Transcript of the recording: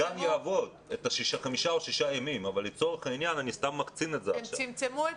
הגן יעבוד חמישה או שישה ימים אבל לצורך העניין --- הם צמצמו את